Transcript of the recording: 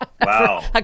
Wow